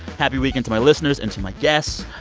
happy weekend to my listeners and to my guests.